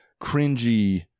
cringy